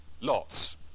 Lots